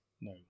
No